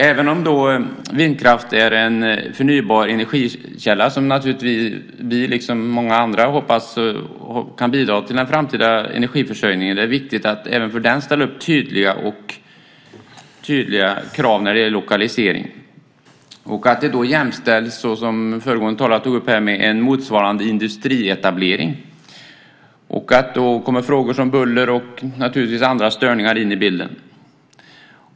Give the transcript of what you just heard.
Även om vindkraft är en förnybar energikälla, som vi och många andra hoppas kan bidra till den framtida energiförsörjningen, är det viktigt att man även för den ställer upp tydliga krav när det gäller lokalisering och att det, som föregående talare sade, jämställs med en motsvarande industrietablering. Frågor om buller och andra störningar kommer naturligtvis in i bilden.